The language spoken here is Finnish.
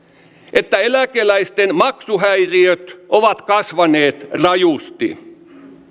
että eläkeläisten maksuhäiriöt ovat kasvaneet rajusti